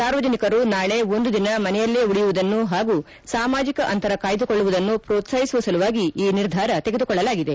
ಸಾರ್ವಜನಿಕರು ನಾಳೆ ಒಂದು ದಿನ ಮನೆಯಲ್ಲೇ ಉಳಿಯುವುದನ್ನು ಹಾಗೂ ಸಾಮಾಜಿಕ ಅಂತರ ಕಾಯ್ದುಕೊಳ್ಳುವುದನ್ನು ಪ್ರೋತ್ಲಾಹಿಸುವ ಸಲುವಾಗಿ ಈ ನಿರ್ಧಾರ ತೆಗೆದುಕೊಳ್ಳಲಾಗಿದೆ